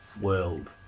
world